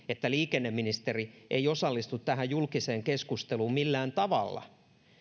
että liikenneministeri ei osallistu tähän julkiseen keskusteluun millään tavalla